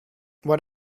what